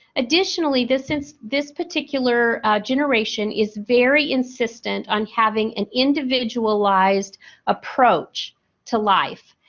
additionally, this since this particular generation is very insistent on having an individualized approach to life.